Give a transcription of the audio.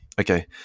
Okay